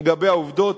לגבי העובדות,